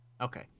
Okay